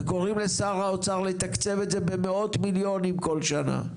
וקוראים לשר האוצר לתקצב את זה במאות מיליונים בכל שנה.